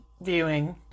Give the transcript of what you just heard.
viewing